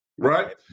Right